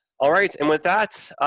all right, and with that,